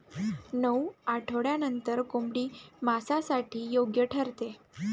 नऊ आठवड्यांनंतर कोंबडी मांसासाठी योग्य ठरते